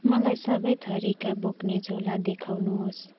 मलाई सबै थरीका बोक्ने झोला देखाउनुहोस्